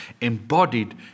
embodied